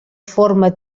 forma